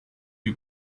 you